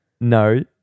No